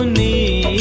and me!